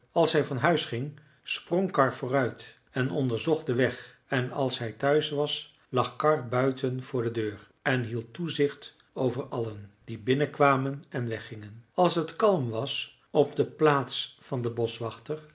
als hij van huis ging sprong karr vooruit en onderzocht den weg en als hij thuis was lag karr buiten voor de deur en hield toezicht over allen die binnenkwamen en weggingen als het kalm was op de plaats van den boschwachter